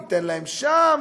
ניתן להם שם.